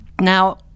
Now